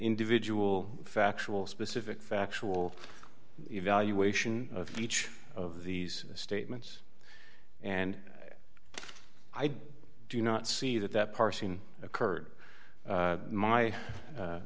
individual factual specific factual evaluation of each of these statements and i do not see that that parsing occurred